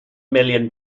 million